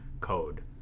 code